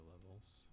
levels